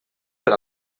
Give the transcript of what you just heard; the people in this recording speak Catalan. per